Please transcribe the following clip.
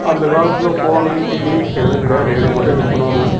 அந்த காலத்தில் phone TV எதுவும் கிடையாது ரேடியோ மட்டும் யூஸ் பண்ணுவாங்க